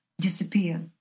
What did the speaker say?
disappear